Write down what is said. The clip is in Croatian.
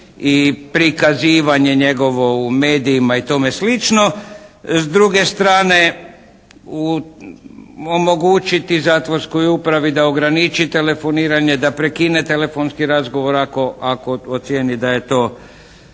i prikazivanje njegovo u medijima i tome slično. S druge strane omogućiti zatvorskoj upravi da ograniči telefoniranje, da prekine telefonski razgovor ako ocijeni da je to